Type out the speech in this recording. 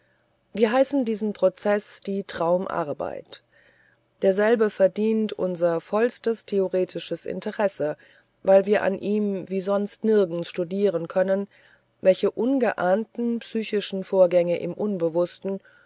wir heißen diesen prozeß die traumarbeit derselbe verdient unser vollstes theoretisches interesse weil wir an ihm wie sonst nirgends studieren können welche ungeahnten psychischen vorgänge im unbewußten